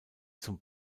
zum